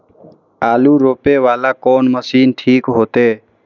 आलू रोपे वाला कोन मशीन ठीक होते?